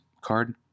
card